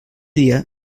dia